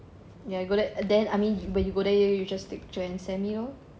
ya you go there and then I mean when you go there you just take picture and send me lor